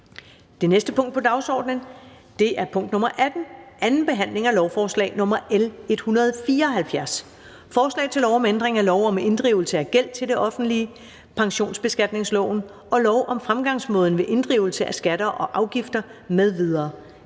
Det næste punkt på dagsordenen er: 18) 2. behandling af lovforslag nr. L 174: Forslag til lov om ændring af lov om inddrivelse af gæld til det offentlige, pensionsbeskatningsloven og lov om fremgangsmåden ved inddrivelse af skatter og afgifter m.v.